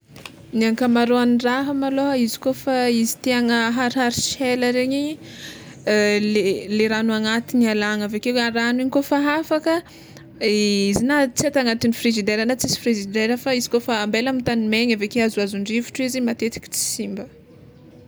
Ny ankamaroan'ny raha malôha izy kôfa izy tiagna ahariharitry hela regny le ragno agnatigny alagna, aveke a ragno igny kôfa afaka izy na tsy atao agnatin'ny frizidera na tsisy frizidera fa izy kôfa ambela amy tany megna aveke azoazon'ny rivotro izy matetiky tsy simba.